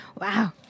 Wow